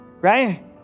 Right